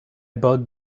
bought